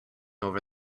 over